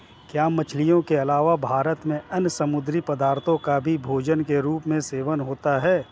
क्या मछलियों के अलावा भारत में अन्य समुद्री पदार्थों का भी भोजन के रूप में सेवन होता है?